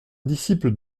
disciple